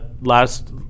last